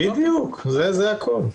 בדיוק, זה הכול.